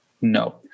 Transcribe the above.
No